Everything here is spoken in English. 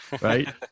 right